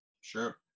Sure